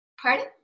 Pardon